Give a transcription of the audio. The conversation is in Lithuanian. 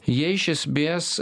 jie iš esmės